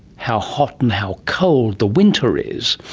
how hot and how cold the winter is,